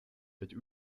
teď